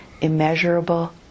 immeasurable